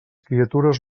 criatures